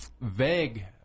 vague